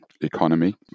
economy